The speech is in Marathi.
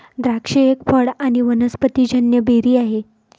द्राक्ष एक फळ आणी वनस्पतिजन्य बेरी आहे